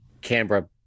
Canberra